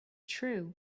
true